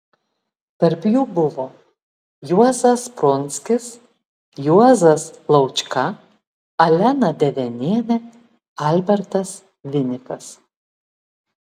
tarp jų buvo juozas prunskis juozas laučka alena devenienė albertas vinikas